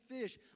fish